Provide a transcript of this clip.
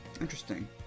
interesting